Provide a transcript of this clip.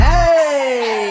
Hey